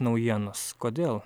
naujienos kodėl